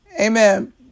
Amen